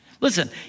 Listen